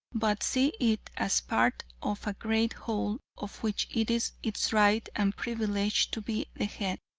but see it as part of a great whole of which it is its right and privilege to be the head.